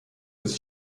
des